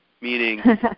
meaning